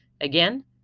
Again